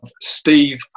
steve